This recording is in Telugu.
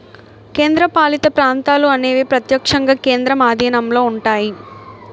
కేంద్రపాలిత ప్రాంతాలు అనేవి ప్రత్యక్షంగా కేంద్రం ఆధీనంలో ఉంటాయి